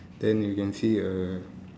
then you can see a